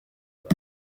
room